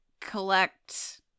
collect